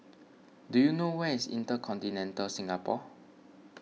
do you know where is Intercontinental Singapore